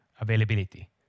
availability